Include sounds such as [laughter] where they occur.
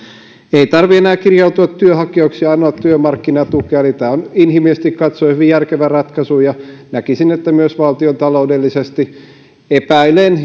ei tarvitse enää kirjautua työnhakijoiksi ja anoa työmarkkinatukea eli tämä on inhimillisesti katsoen hyvin järkevä ratkaisu ja näkisin että myös valtiontaloudellisesti epäilen [unintelligible]